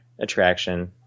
attraction